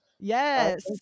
Yes